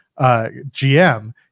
GM